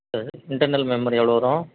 எது internal memory எவ்வளோ வரும்